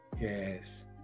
Yes